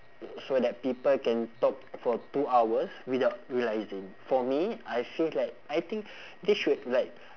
so that people can talk for two hours without realising for me I feel like I think they should like